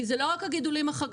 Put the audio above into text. כי זה לא רק על הגידולים החקלאיים,